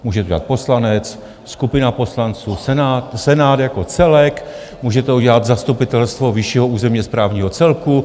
Může to udělat poslanec, skupina poslanců, Senát jako celek, může to udělat zastupitelstvo vyššího územního správního celku.